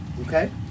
okay